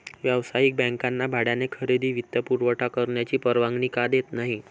व्यावसायिक बँकांना भाड्याने खरेदी वित्तपुरवठा करण्याची परवानगी का देत नाही